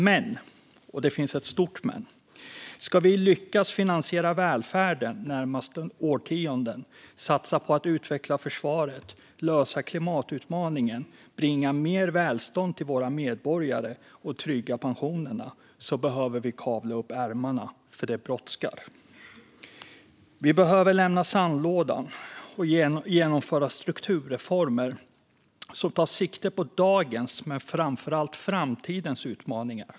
Men - och det finns ett stort men - ska vi lyckas finansiera välfärden de närmaste årtiondena, satsa på att utveckla försvaret, lösa klimatutmaningen, bringa mer välstånd till våra medborgare och trygga pensionerna behöver vi kavla upp ärmarna, för det brådskar. Vi behöver lämna sandlådan och genomföra strukturreformer som tar sikte på dagens men framför allt framtidens utmaningar.